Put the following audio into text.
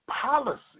policy